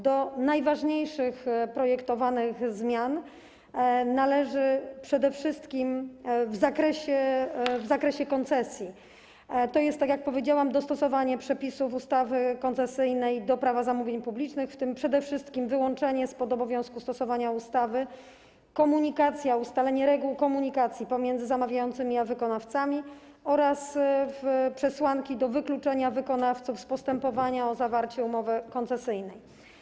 Do najważniejszych projektowanych zmian, przede wszystkim w zakresie koncesji, należy dostosowanie, tak jak powiedziałam, przepisów ustawy koncesyjnej do Prawa zamówień publicznych, w tym przede wszystkim wyłączenie spod obowiązku stosowania ustawy, ustalenie reguł komunikacji pomiędzy zamawiającymi a wykonawcami oraz przesłanki do wykluczenia wykonawców z postępowania o zawarcie umowy koncesyjnej.